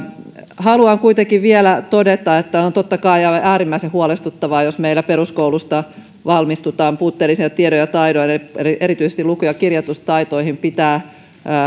haluan kuitenkin vielä todeta että on totta kai aivan äärimmäisen huolestuttavaa jos meillä peruskoulusta valmistutaan puutteellisin tiedoin ja taidoin erityisesti luku ja kirjoitustaitoihin pitää